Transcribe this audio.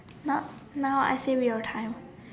now now I say we got time